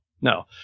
no